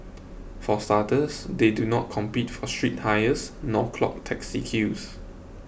for starters they do not compete for street hires nor clog taxi queues